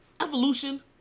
evolution